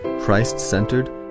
Christ-centered